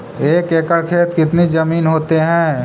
एक एकड़ खेत कितनी जमीन होते हैं?